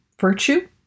virtue